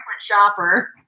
shopper